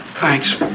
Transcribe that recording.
Thanks